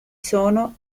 sono